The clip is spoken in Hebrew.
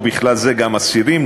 ובכלל זה גם אסירים,